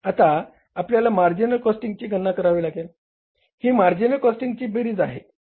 आता आपल्याला मार्जिनल कॉस्टिंगची गणना करावी लागेल ही मार्जिनल कॉस्टिंगची बेरीज आहे